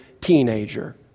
teenager